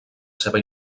seva